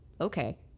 okay